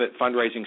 Fundraising